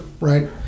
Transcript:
right